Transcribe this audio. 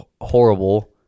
horrible